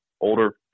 older